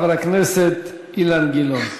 חבר הכנסת אילן גילאון.